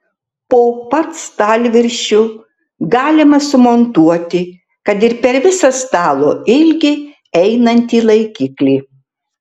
po pat stalviršiu galima sumontuoti kad ir per visą stalo ilgį einantį laikiklį